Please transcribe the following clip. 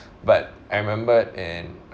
but I remembered in